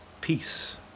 Peace